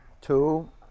two